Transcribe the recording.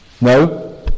No